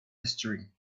history